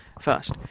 first